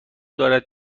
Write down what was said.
دارد